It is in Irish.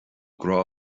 grá